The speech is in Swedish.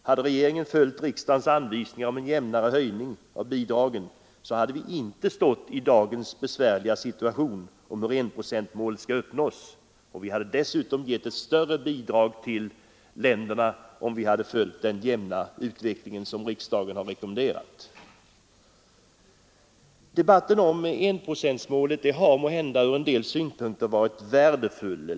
Hade regeringen följt riksdagens anvisningar om en jämnare höjning av bidraget, hade vi inte befunnit oss i dagens besvärliga situation, med olika meningar om hur enprocentsmålet skall uppnås, och vi hade dessutom kunnat ge större bidrag till u-länderna, om vi hade följt förslaget om den jämna utveckling som riksdagen har rekommenderat. Debatten om enprocentsmålet har måhända från en del synpunkter ändå varit värdefull.